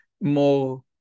more